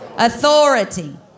Authority